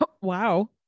Wow